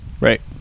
right